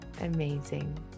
amazing